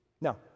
Now